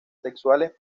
sexuales